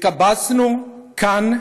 התקבצנו כאן